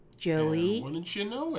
Joey